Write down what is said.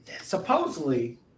supposedly